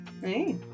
Hey